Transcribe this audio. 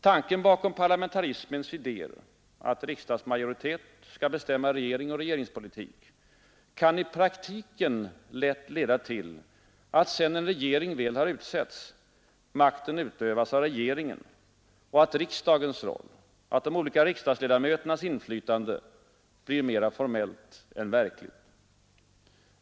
Tanken bakom parlamentarismens idéer, att riksdagsmajoriteten skall bestämma regering och regeringspolitik, leder i praktiken lätt till att sedan regering väl utsetts makten utövas av regeringen och att riksdagens roll och de olika riksdagsledamöternas inflytande blir mer formellt än verkligt.